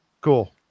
Cool